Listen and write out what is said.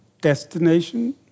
destination